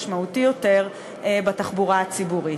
משמעותי יותר בתחבורה הציבורית.